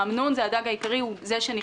האמנון הוא הדג העיקרי, הוא זה שנכנס.